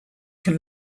can